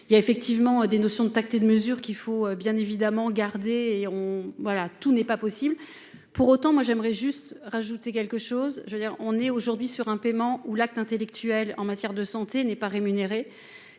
il y a effectivement des notions de tact et de mesures qu'il faut bien évidemment garder et on voilà, tout n'est pas possible pour autant moi j'aimerais juste rajouter quelque chose, je veux dire on est aujourd'hui sur un paiement ou l'acte intellectuel en matière de santé n'est pas rémunéré